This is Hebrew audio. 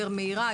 יותר מהירה,